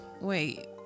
Wait